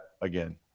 again